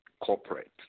corporate